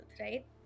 right